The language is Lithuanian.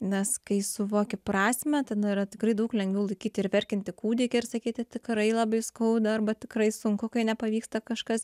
nes kai suvoki prasmę tada yra tikrai daug lengviau laikyti ir verkiantį kūdikį ir sakyti tikrai labai skauda arba tikrai sunku kai nepavyksta kažkas